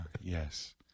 yes